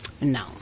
No